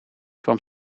kwam